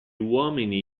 uomini